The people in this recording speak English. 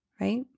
right